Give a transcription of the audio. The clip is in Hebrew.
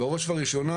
בראש וראשונה,